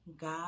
God